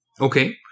Okay